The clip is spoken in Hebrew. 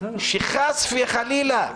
שחס וחלילה,